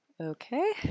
Okay